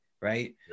right